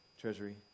treasury